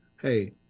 hey